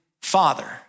father